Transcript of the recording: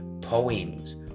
poems